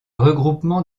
regroupement